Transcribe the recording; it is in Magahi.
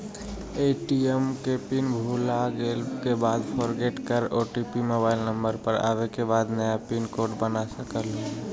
ए.टी.एम के पिन भुलागेल के बाद फोरगेट कर ओ.टी.पी मोबाइल नंबर पर आवे के बाद नया पिन कोड बना सकलहु ह?